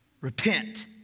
Repent